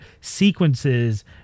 sequences